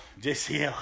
Jesse